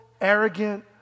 arrogant